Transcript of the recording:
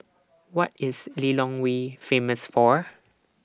What IS Lilongwe Famous For